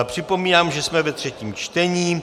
Připomínám, že jsme ve třetím čtení.